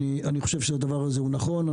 אני חושב שהדבר הזה הוא נכון.